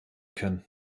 können